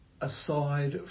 aside